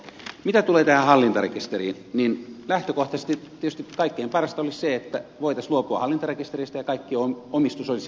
mitä tulee tähän hallintarekisteriin niin lähtökohtaisesti tietysti kaikkein parasta olisi se että voitaisiin luopua hallintarekisteristä ja kaikki omistus olisi läpinäkyvää